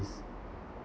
s~